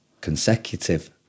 consecutive